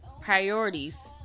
priorities